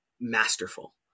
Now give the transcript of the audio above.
masterful